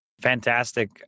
Fantastic